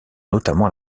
notamment